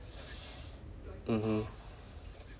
mmhmm